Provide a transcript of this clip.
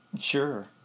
Sure